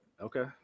Okay